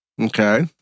Okay